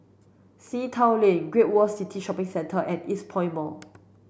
Sea Town Lane Great World City Shopping Centre and Eastpoint Mall